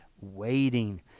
waiting